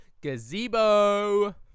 gazebo